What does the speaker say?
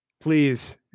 please